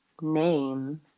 Name